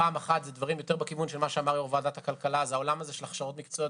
דברים בכיוון של הכשרות מקצועיות.